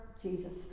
jesus